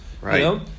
right